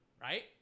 right